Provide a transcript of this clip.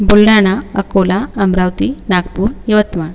Buldhana Akola Amravati Nagpur Yavatmal